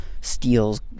steals